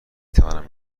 توانم